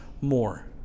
more